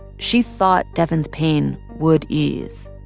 she thought devin's pain would ease.